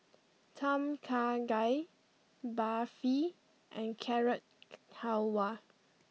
Tom Kha Gai Barfi and Carrot Halwa